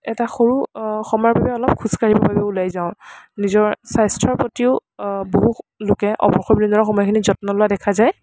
এটা সৰু সময়ৰ বাবে অলপ খোজকাঢ়িব বাবে ওলাই যাওঁ নিজৰ স্বাস্থ্য়ৰ প্ৰতিও বহুলোকে অৱসৰ বিনোদনৰ সময়খিনি যত্ন লোৱা দেখা যায়